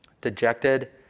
Dejected